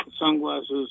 Sunglasses